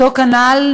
כנ"ל,